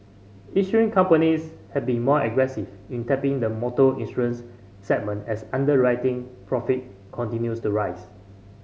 insurance companies have been more aggressive in tapping the motor insurance segment as underwriting profit continues to rise